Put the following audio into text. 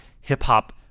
hip-hop